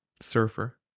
Surfer